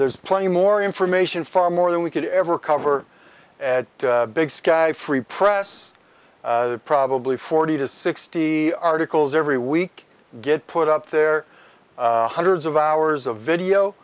there's plenty more information far more than we could ever cover a big sky free press probably forty to sixty articles every week get put up there hundreds of hours of video